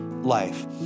life